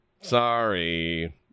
Sorry